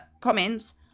comments